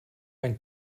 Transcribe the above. ein